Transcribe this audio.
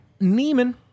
Neiman